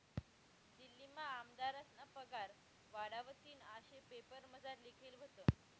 दिल्लीमा आमदारस्ना पगार वाढावतीन आशे पेपरमझार लिखेल व्हतं